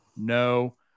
No